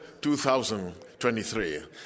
2023